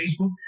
Facebook